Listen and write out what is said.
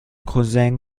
cousin